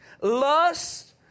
lust